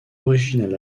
original